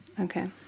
okay